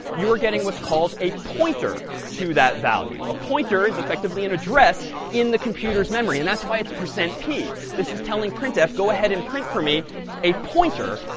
you are getting what's called a pointer to that value. a pointer is effectively an address in the computer's memory. and that's why it's percent p. this is telling printf, go ahead and print for me a pointer,